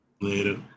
Later